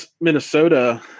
Minnesota